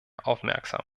aufmerksam